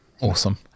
awesome